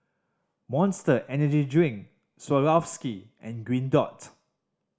Monster Energy Drink Swarovski and Green Dot